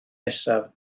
nesaf